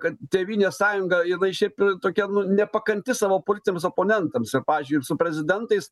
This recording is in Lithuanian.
kad tėvynės sąjunga jinai šiaip ji tokia nu nepakanti savo politiniams oponentams ir pavyzdžiui ir su prezidentais